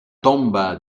tomba